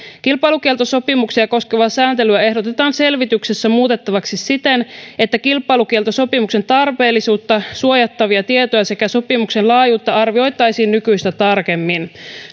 kilpailukieltosopimuksia koskevaa sääntelyä ehdotetaan selvityksessä muutettavaksi siten että kilpailukieltosopimuksen tarpeellisuutta suojattavia tietoja sekä sopimuksen laajuutta arvioitaisiin nykyistä tarkemmin